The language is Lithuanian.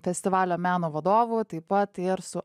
festivalio meno vadovu o taip pat ir su